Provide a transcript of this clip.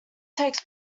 takes